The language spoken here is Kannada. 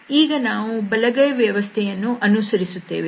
ಈಗ ನಾವು ಬಲಗೈ ವ್ಯವಸ್ಥೆಯನ್ನು ಅನುಸರಿಸುತ್ತೇವೆ